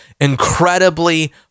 incredibly